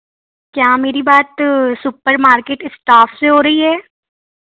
क्या मेरी बात सुपर मार्केट स्टाफ से हो रही है